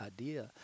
idea